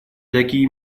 такие